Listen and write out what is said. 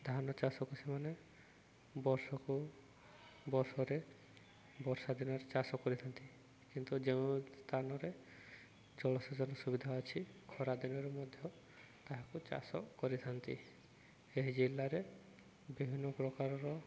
ଧାନ ଚାଷକୁ ସେମାନେ ବର୍ଷକୁ ବର୍ଷରେ ବର୍ଷା ଦିନରେ ଚାଷ କରିଥାନ୍ତି କିନ୍ତୁ ଯେଉଁ ସ୍ଥାନରେ ଜଳସେଚନ ସୁବିଧା ଅଛି ଖରାଦିନରେ ମଧ୍ୟ ତାହାକୁ ଚାଷ କରିଥାନ୍ତି ଏହି ଜିଲ୍ଲାରେ ବିଭିନ୍ନ ପ୍ରକାରର